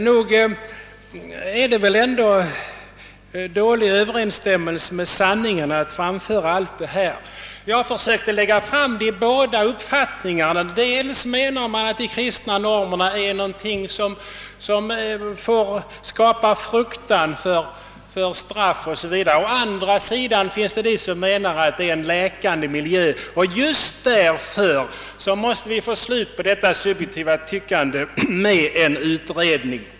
Nog har allt detta som framförts dålig överensstämmelse med sanningen. Jag försökte lägga fram de båda uppfattningarna. En del menar att det kristna sammanhanget skapat fruktan för straff o. s. v., medan andra menar att de ger en läkande miljö. Därför måste vi få slut på detta subjektiva tyckande med en utredning.